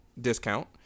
discount